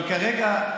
אבל כרגע,